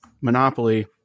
Monopoly